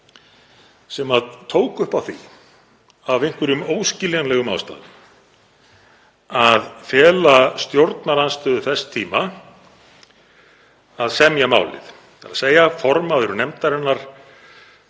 sem tók upp á því af einhverjum óskiljanlegum ástæðum að fela stjórnarandstöðu þess tíma að semja málið, þ.e. formaður nefndarinnar